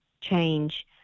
change